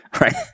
right